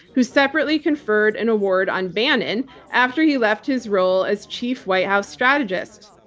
who separately conferred an award on bannon after he left his role as chief white house strategist.